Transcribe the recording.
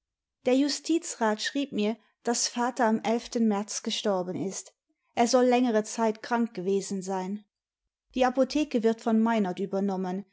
der justizrat schrieb mir daß vater am märz gestorben ist er soll längere zeit krank gewesen sein die apodieke wird von meinert übernommen